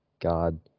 God